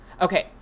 Okay